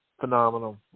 Phenomenal